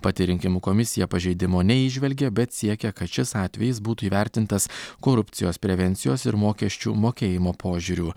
pati rinkimų komisija pažeidimo neįžvelgė bet siekia kad šis atvejis būtų įvertintas korupcijos prevencijos ir mokesčių mokėjimo požiūriu